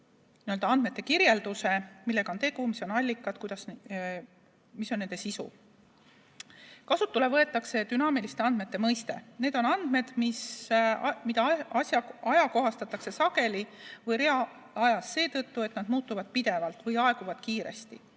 saab andmete kirjelduse, millega on tegu, mis on allikad ja mis on nende sisu. Kasutusele võetakse dünaamiliste andmete mõiste. Need on andmed, mida ajakohastatakse sageli või reaalajas seetõttu, et nad muutuvad pidevalt või aeguvad kiiresti,